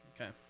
Okay